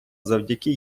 завдяки